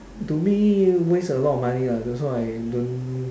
to me waste a lot of money lah that's why I don't